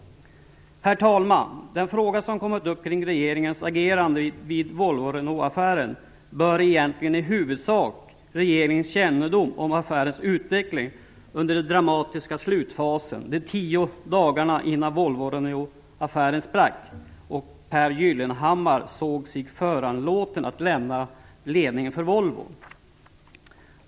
Herr talman! Den fråga som kommit upp kring regeringens agerande vid Volvo-Renault-affären berör egentligen i huvudsak regeringens kännedom om affärens utveckling under den dramatiska slutfasen - de tio dagarna innan Volvo-Renault-affären sprack och Pehr Gyllenhammar såg sig föranlåten att lämna ledningen för Volvo.